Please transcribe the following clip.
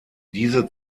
diese